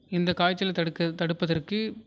இந்த காய்ச்சல் தடுக்க தடுப்பதற்கு